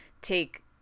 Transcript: take